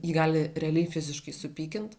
jį gali realiai fiziškai supykint